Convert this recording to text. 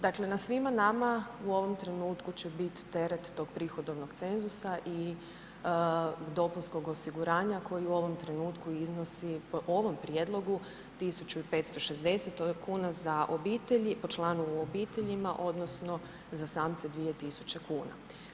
Dakle na svima nama u ovom trenutku će biti teret tog prihodovnog cenzusa i dopunskog osiguranja koji u ovom trenutku iznosi po ovom prijedlogu, 1560 kn, to je za obitelji, po članu u obiteljima odnosno za samce 2000 kuna.